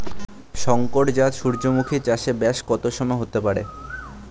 শংকর জাত সূর্যমুখী চাসে ব্যাস কত সময় হতে পারে?